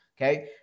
okay